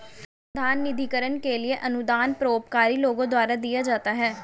अनुसंधान निधिकरण के लिए अनुदान परोपकारी लोगों द्वारा दिया जाता है